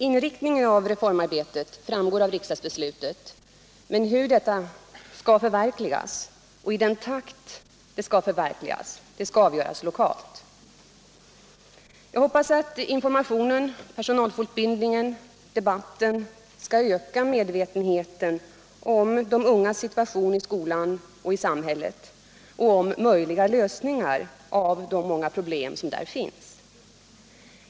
Inriktningen av reformarbetet framgår av riksdagsbeslutet, men hur detta skall förverkligas och i vilken takt skall avgöras lokalt. Jag hoppas att informationen, personalfortbildningen och debatten skall öka medvetenheten om de ungas situation i skolan och i samhället och om möjliga lösningar av de många problem som där finns.